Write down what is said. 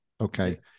okay